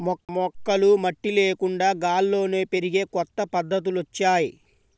మొక్కలు మట్టి లేకుండా గాల్లోనే పెరిగే కొత్త పద్ధతులొచ్చాయ్